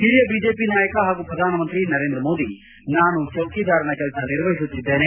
ಹಿರಿಯ ಬಿಜೆಪಿ ನಾಯಕ ಹಾಗೂ ಪ್ರಧಾನಮಂತ್ರಿ ನರೇಂದ್ರ ಮೋದಿ ನಾನು ಚೌಕಿದಾರನ ಕೆಲಸ ನಿರ್ವಹಿಸುತ್ತಿದ್ದೇನೆ